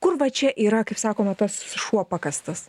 kur va čia yra kaip sakoma tas šuo pakastas